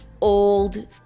old